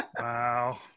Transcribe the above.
Wow